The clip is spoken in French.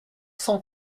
cent